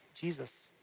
Jesus